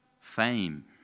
fame